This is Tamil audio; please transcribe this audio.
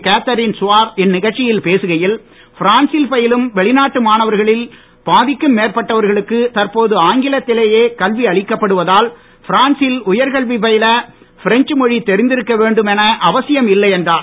கேதரின் சுவார் இந்நிகழ்ச்சியில் பேசுகையில் பிரான்சில் பயிலும் வெளிநாட்டு மேற்பட்டவர்களுக்கு மாணவர்களில் பாதிக்கும் தற்போது ஆங்கிலத்திலேயே கல்வி அளிக்கப் படுவதால் பிரான் சில் உயர்கல்வி பயில பிரெங்ச் மொழி தெரிந்திருக்க வேண்டுமென அவசியம் இல்லை என்றார்